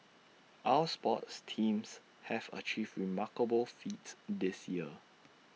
our sports teams have achieved remarkable feats this year